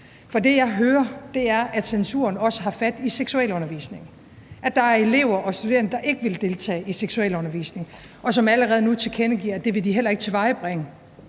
for det, jeg hører, er, at censuren også har fat i seksualundervisningen, altså at der er elever og studerende, der ikke vil deltage i seksualundervisningen, og som allerede nu tilkendegiver, at det vil de heller ikke tilvejebringe